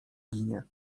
ginie